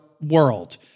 world